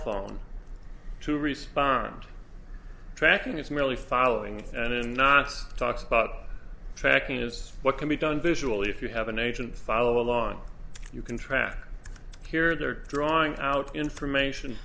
phone to respond tracking is merely following and in knots talks about tracking is what can be done visually if you have an agent follow along you can track here they're drawing out information